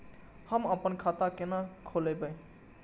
हम आपन खाता केना खोलेबे?